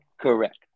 Correct